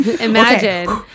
imagine